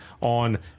on